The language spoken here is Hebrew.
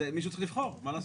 מישהו צריך לבחור, מה לעשות?